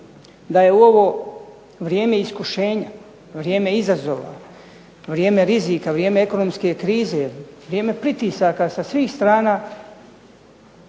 da je u ovo vrijeme iskušenja, vrijeme izazova, vrijeme rizika, vrijeme ekonomske krize, vrijeme pritisaka sa svih strana